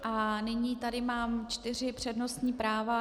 A nyní tady mám čtyři přednostní práva.